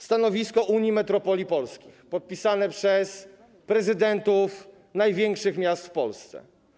Stanowisko Unii Metropoli Polskich podpisane przez prezydentów największych miast w Polsce.